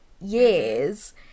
years